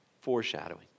foreshadowing